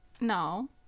no